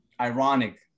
Ironic